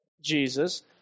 Jesus